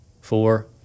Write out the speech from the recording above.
Four